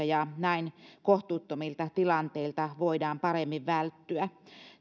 ja näin kohtuuttomilta tilanteilta voidaan paremmin välttyä